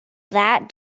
that